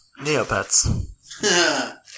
Neopets